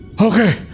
Okay